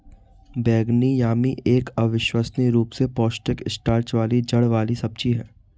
बैंगनी यामी एक अविश्वसनीय रूप से पौष्टिक स्टार्च वाली जड़ वाली सब्जी है